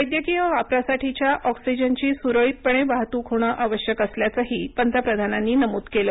वैद्यकीय वापरासाठीच्या ऑक्सिजनची सुरळितपणे वाहतूक होणं आवश्यक असल्याचंही पंतप्रधानांनी नमूद केलं